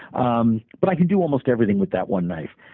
um but i can do almost everything with that one knife.